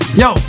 yo